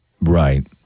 Right